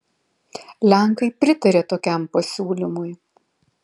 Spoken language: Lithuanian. lenkai pritarė tokiam pasiūlymui